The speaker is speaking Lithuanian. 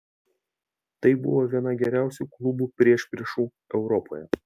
tai buvo viena geriausių klubų priešpriešų europoje